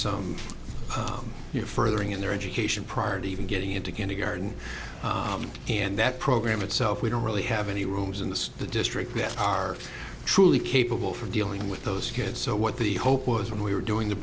some you furthering in their education prior to even getting into kindergarten and that program itself we don't really have any rooms in this the district that are truly capable for dealing with those kids so what the hope was when we were doing the